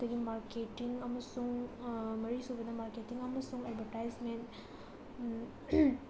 ꯑꯗꯒꯤ ꯃꯥꯔꯀꯦꯠꯇꯤꯡ ꯑꯃꯁꯨꯡ ꯃꯔꯤꯁꯨꯕꯗ ꯃꯥꯔꯀꯦꯠꯇꯤꯡ ꯑꯃꯁꯨꯡ ꯑꯦꯠꯕꯔꯇꯥꯏꯖꯃꯦꯟ